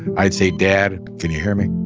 i'd say, dad, can you hear me.